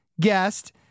guest